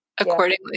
accordingly